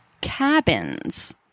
cabins